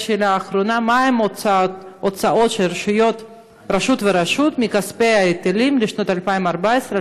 4. מהן ההוצאות של כל רשות ורשות מכספי ההיטלים לשנים 2015-2014?